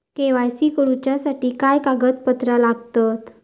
KYC करूच्यासाठी काय कागदपत्रा लागतत?